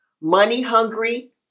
money-hungry